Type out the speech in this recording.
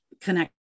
connect